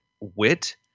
wit